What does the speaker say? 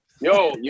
Yo